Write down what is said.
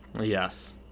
Yes